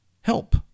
Help